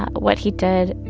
what he did,